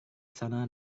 sana